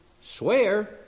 swear